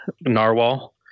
Narwhal